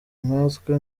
nkatwe